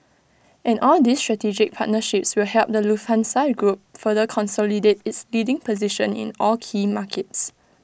and all these strategic partnerships will help the Lufthansa group further consolidate its leading position in all key markets